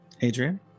Adrian